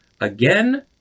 again